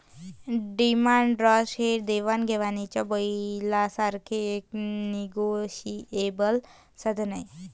demand draft हे देवाण घेवाणीच्या बिलासारखेच एक निगोशिएबल साधन आहे